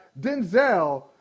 Denzel